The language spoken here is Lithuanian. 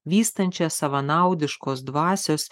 vystančią savanaudiškos dvasios